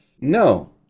No